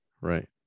right